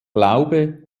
glaube